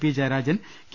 P Jayarajan K